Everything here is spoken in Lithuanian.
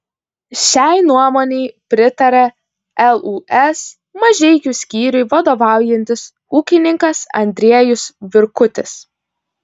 šiai nuomonei pritaria lūs mažeikių skyriui vadovaujantis ūkininkas andriejus virkutis